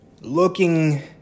looking